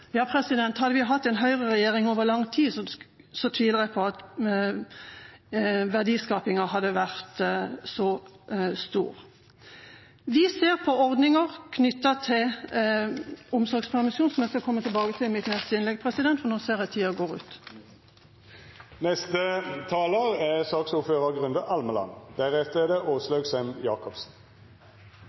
Hadde vi hatt en høyreregjering over lang tid, tviler jeg på at verdiskapingen hadde vært så stor. Vi ser på ordninger knyttet til omsorgspermisjon, som jeg skal komme tilbake til i mitt neste innlegg, for nå ser jeg at tida går ut.